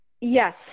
Yes